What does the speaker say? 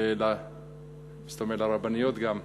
ולרבניות גם.